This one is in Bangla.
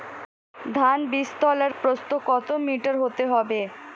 ধান বীজতলার প্রস্থ কত মিটার হতে হবে?